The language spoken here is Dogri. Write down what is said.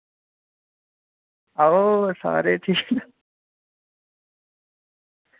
आहो सारे ठीक